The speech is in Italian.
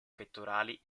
pettorali